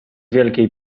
wielkiej